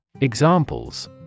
Examples